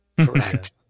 Correct